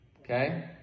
okay